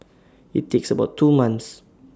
IT takes about two months